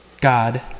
God